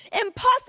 impossible